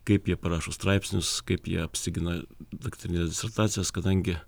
kaip jie parašo straipsnius kaip jie apsigina daktarines disertacijas kadangi